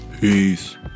peace